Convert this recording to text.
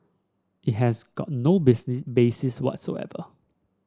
it has got no basis whatsoever